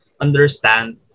understand